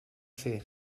fer